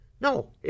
No